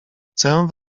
chcę